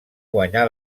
guanyà